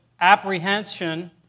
apprehension